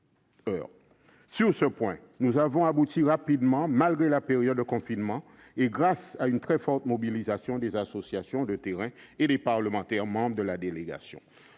Sur ce point, nous avons abouti rapidement malgré la période de confinement et grâce à une très forte mobilisation des associations de terrain et des parlementaires membres des délégations.